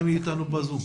זאת,